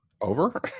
over